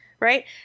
Right